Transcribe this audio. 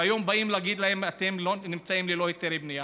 והיום באים להגיד להם: אתם נמצאים ללא היתרי בנייה.